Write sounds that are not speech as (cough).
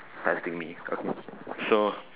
testing me okay (breath) so